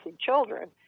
Children